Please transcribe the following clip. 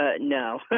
No